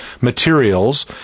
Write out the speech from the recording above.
materials